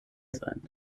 sein